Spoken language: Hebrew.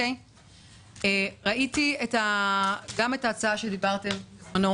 ראיתי גם את ההצעה שדיברתם עליה.